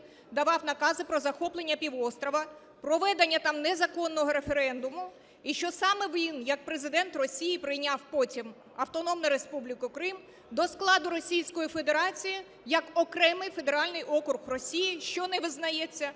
давав накази про захоплення півострова, проведення там незаконного референдуму, і що саме він як Президент Росії прийняв потім Автономну Республіку Крим до складу Російської Федерації як окремий Федеральний округ Росії, що не визнається